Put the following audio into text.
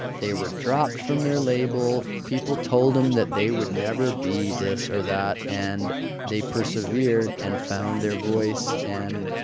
they were dropped from their label. people told them that they would never be this or that. and they persevered and found their voice and.